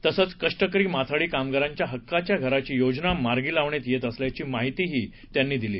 तसंच कष्टकरी माथाडी कामगारांच्या हक्काच्या घराची योजना मार्गी लावण्यात येत असल्याची माहितीही त्यांनी दिली